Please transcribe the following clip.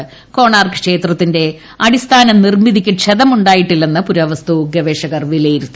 ക്ഷ്ണ്ണാർക്ക് ക്ഷേത്രത്തിന്റെ അടിസ്ഥാന നിർമ്മിതിക്ക് ക്ഷതമു്ണ്ട്ടായിട്ടില്ലെന്ന് പുരാവസ്തു ഗവേഷകർ വിലയിരുത്തി